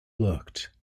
looked